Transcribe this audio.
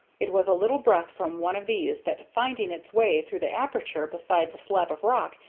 it was a little breath from one of these that, finding its way through the aperture beside the slab of rock,